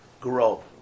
grow